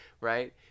right